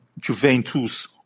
Juventus